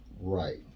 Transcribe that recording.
right